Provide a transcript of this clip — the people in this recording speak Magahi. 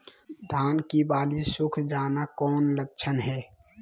धान की बाली सुख जाना कौन लक्षण हैं?